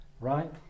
right